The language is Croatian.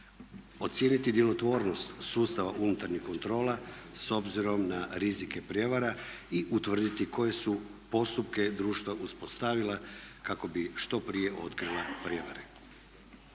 Ocijeniti djelotvornost sustava unutarnjih kontrola s obzirom na rizike prijevara i utvrditi koje su postupke društva uspostavila kako bi što prije otkrila prijevare.